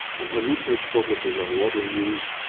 and her research focuses on water use,